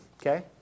Okay